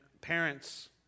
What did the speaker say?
parents